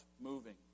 moving